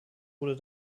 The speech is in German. wurde